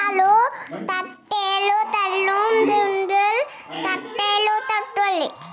Agriculture product network marketing అంటే ఏంది?